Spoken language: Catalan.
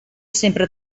sempre